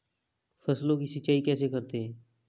फसलों की सिंचाई कैसे करते हैं?